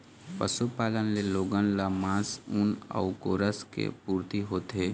पशुपालन ले लोगन ल मांस, ऊन अउ गोरस के पूरती होथे